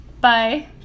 Bye